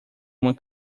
uma